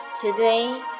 Today